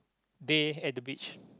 day at the beach